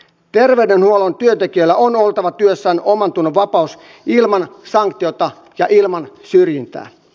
terveydenhuollon työntekijöillä on oltava työssään omantunnonvapaus ilman sanktiota ja ilman syrjintä